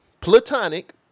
platonic-